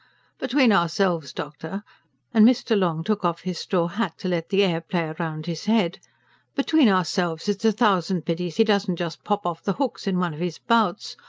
between ourselves, doctor and mr. long took off his straw hat to let the air play round his head between ourselves, it's a thousand pities he doesn't just pop off the hooks in one of his bouts.